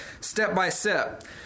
step-by-step